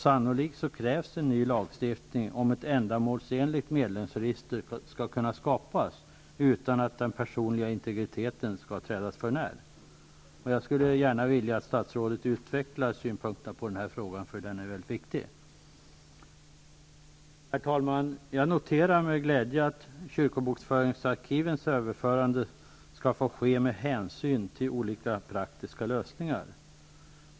Sannolikt krävs det en ny lagstiftning om man skall kunna skapa ett ändamålsenligt medlemsregister utan att den personliga integriteten träds för när. Jag skulle vilja att statsrådet utvecklade synpunkterna på den här frågan, eftersom den är mycket viktig. Herr talman! Jag noterar med glädje att kyrkobokföringsarkivens överförande skall få ske med hänsyn till olika praktiska lösningar.